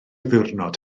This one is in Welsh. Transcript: ddiwrnod